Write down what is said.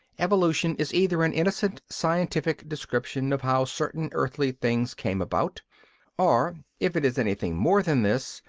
evolution is either an innocent scientific description of how certain earthly things came about or, if it is anything more than this,